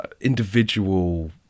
individual